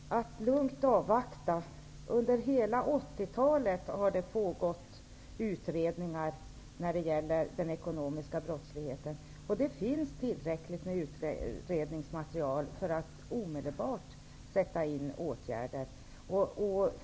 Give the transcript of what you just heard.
Herr talman! Att lugnt avvakta! Under hela 80 talet har utredningar om den ekonomiska brottsligheten pågått. Det finns tillräckligt med utredningsmaterial för att omedelbart sätta in åtgärder.